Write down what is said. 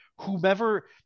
whomever